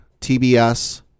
TBS